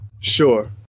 Sure